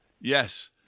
Yes